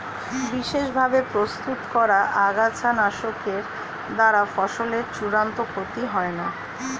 বিশেষ ভাবে প্রস্তুত করা আগাছানাশকের দ্বারা ফসলের চূড়ান্ত ক্ষতি হয় না